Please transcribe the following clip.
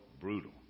brutal